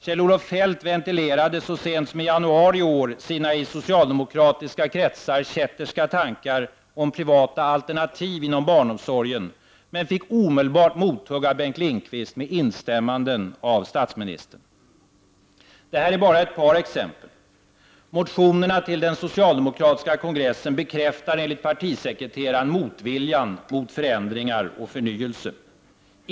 Kjell-Olof Feldt ventilerade så sent som i januari i år sina i socialdemokratiska kretsar kätterska tankar om privata alternativ inom barnomsorgen, men han fick omedelbart mothugg av Bengt Lindqvist, med instämmanden från statsministern. Det här är bara ett par exempel. Motionerna till den socialdemokratiska kongressen bekräftar enligt partisekreteraren motviljan mot förändringar och förnyelse.